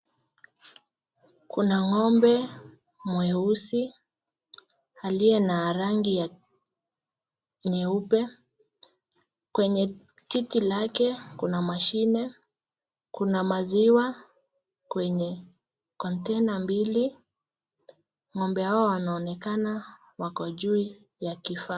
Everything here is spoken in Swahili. Kuna ng'ombe mweusi aliye na rangi ya nyeupe. Kwenye titi lake kuna mashine, kuna maziwa kwenye container mbili. Ng'ombe hawa wanaonekana wako juu ya kifaa.